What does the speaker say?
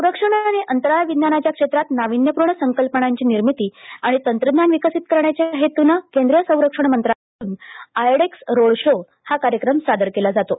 संरक्षण आणि अंतराळ विज्ञानाच्या क्षेत्रात नाविन्यपूर्ण संकल्पनांची निर्मिती आणि तंत्रज्ञान विकसित करण्याच्या हेतूने केंद्रीय संरक्षण मंत्रालयाकडून आयडेक्स रोडशो हा कार्यक्रम सादर केला जातो